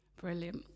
Brilliant